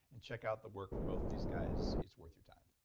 and check out the work from both these guys. it's worth your time.